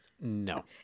No